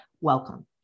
welcome